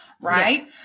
right